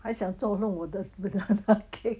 还想说弄我的 banana cake